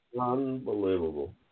Unbelievable